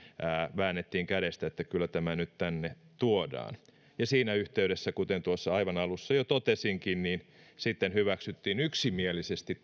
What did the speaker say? väännettiin kädestä että kyllä tämä nyt tänne tuodaan siinä yhteydessä kuten tuossa aivan alussa jo totesinkin sitten hyväksyttiin yksimielisesti